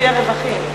לפי הרווחים.